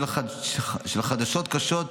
חדשות קשות,